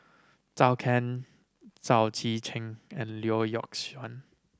Chao Can Chao Tzee Cheng and Lee Yock Suan